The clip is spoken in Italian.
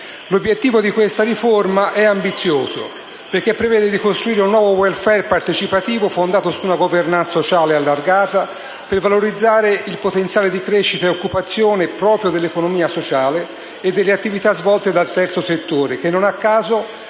L'obiettivo di questa riforma è ambizioso, perché prevede di costruire un nuovo modello di *welfare* partecipativo, fondato su una *governance* sociale allargata per valorizzare il potenziale di crescita e occupazione proprio dell'economia sociale e delle attività svolte dal terzo settore che, non a caso,